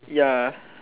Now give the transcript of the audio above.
ya